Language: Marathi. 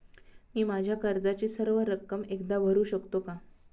मी माझ्या कर्जाची सर्व रक्कम एकदा भरू शकतो का?